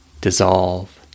dissolve